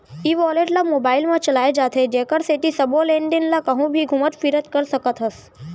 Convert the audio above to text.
ई wallet ल mobile म चलाए जाथे जेकर सेती सबो लेन देन ल कहूँ भी घुमत फिरत कर सकत हस